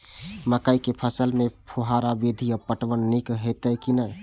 मकई के फसल में फुहारा विधि स पटवन नीक हेतै की नै?